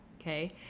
okay